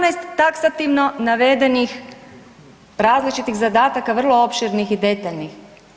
18 taksativno navedenih različitih zadataka vrlo opširnih i detaljnih.